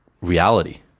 reality